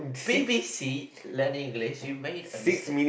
b_b_c lend English you made a mistake